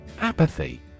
Apathy